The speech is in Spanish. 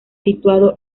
situado